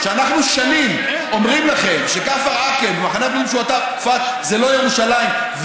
אנחנו שנים אומרים לכם שכפר עקב ומחנה הפליטים שועפאט זה לא ירושלים,